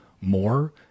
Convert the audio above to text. more